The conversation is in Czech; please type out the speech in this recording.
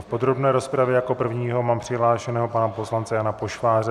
V podrobné rozpravě jako prvního mám přihlášeného pana poslance Jana Pošváře.